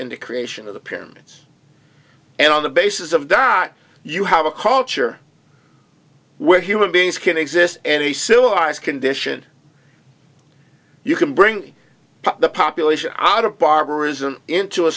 in the creation of the pyramids and on the basis of dot you have a culture where human beings can exist any civilized condition you can bring the population out of barbarism into a